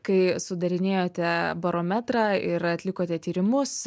kai sudarinėjote barometrą ir atlikote tyrimus